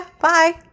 Bye